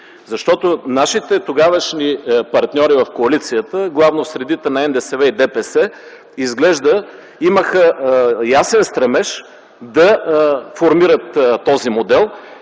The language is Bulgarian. Нашите тогавашни партньори в коалицията, главно в средите на НДСВ и ДПС, изглежда имаха ясен стремеж да формират този модел,